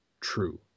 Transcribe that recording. true